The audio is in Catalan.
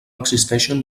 existeixen